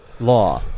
law